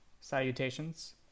salutations